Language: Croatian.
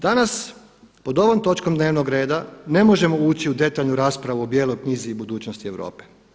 Danas pod ovom točkom dnevnog reda ne možemo ući u detaljnu raspravu o bijeloj knjizi i budućnosti Europe.